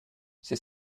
ces